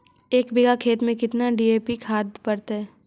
एक बिघा खेत में केतना डी.ए.पी खाद पड़तै?